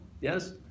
yes